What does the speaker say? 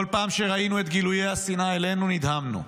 כל פעם שראינו את גילויי השנאה אלינו, נדהמנו.